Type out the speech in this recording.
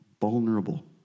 vulnerable